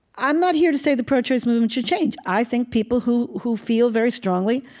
i'm not here to say the pro-choice movement should change. i think people who who feel very strongly,